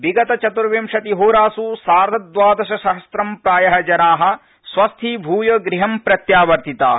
विगत चतुर्विंशति होरासु सार्धद्वादशसहस्रं प्राय जना स्वस्थीभूय गृहं प्रत्यावर्तिता